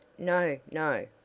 no! no!